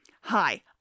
Hi